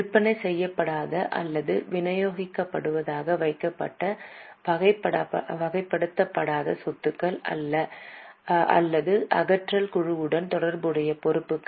விற்பனை செய்யப்படாத அல்லது விநியோகிக்கப்படுவதாக வகைப்படுத்தப்பட்ட வகைப்படுத்தப்படாத சொத்துகள் அல்லது அகற்றல் குழுவுடன் தொடர்புடைய பொறுப்புகள்